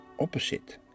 opposite